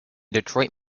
detroit